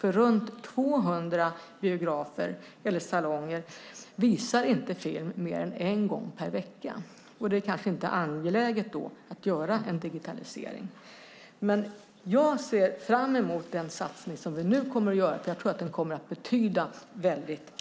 Runt 200 biografer eller salonger visar nämligen inte film mer än en gång per vecka. Då kanske det inte är angeläget att göra en digitalisering. Jag ser dock fram emot den satsning vi nu kommer att göra, för jag tror att den kommer att betyda väldigt mycket.